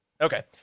Okay